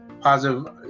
positive